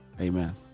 amen